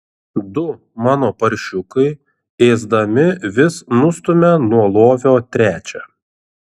du mano paršiukai ėsdami vis nustumia nuo lovio trečią